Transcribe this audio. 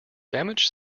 damage